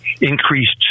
increased